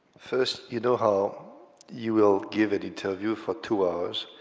first, you know how you will give a detailed view for two hours,